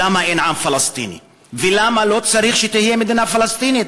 למה אין עם פלסטיני ולמה לא צריך שתהיה מדינה פלסטינית.